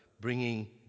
bringing